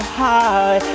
high